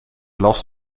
last